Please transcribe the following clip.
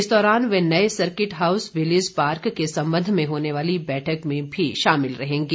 इस दौरान वे नए सर्किट हाउस विलिज पार्क के संबंध में होने वाली बैठक में भी शामिल रहेंगे